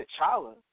T'Challa